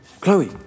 Chloe